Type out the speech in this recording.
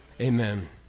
amen